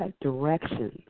directions